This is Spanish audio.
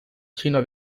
chino